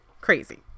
Crazy